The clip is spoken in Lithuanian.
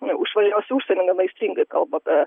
už valdžios į užsienį inai astringai kalba apie